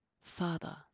Father